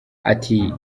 ati